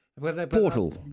Portal